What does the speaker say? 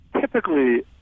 typically